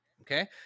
Okay